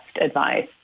advice